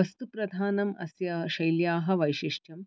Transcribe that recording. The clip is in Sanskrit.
वस्तु प्रधानम् अस्याः शैल्याः वैशिष्ट्यम्